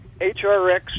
HRX